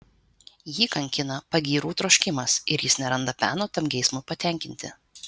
jį kankina pagyrų troškimas ir jis neranda peno tam geismui patenkinti